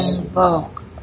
invoke